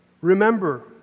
Remember